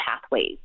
pathways